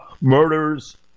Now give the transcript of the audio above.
murders